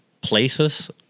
places